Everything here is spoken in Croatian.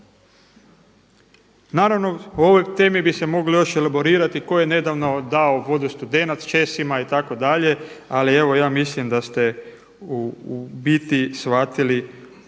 Naravno o ovoj temi bi se moglo još elaborirati tko je nedavno dao vodu Studenac Česima itd. Ali evo ja mislim da ste u biti shvatili